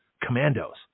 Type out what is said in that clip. commandos